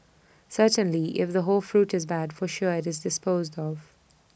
certainly if the whole fruit is bad for sure IT is disposed of